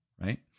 right